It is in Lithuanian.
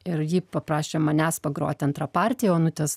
ir ji paprašė manęs pagroti antrą partiją onutės